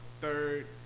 third